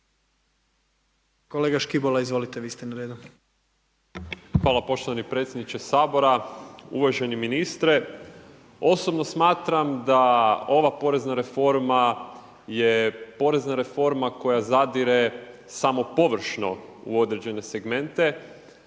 **Škibola, Marin (Nezavisni)** Hvala poštovani predsjedniče Sabora. Uvaženi ministre, osobno smatram da ova porezna reforma je porezna reforma koja zadire samo površno u određene segmente.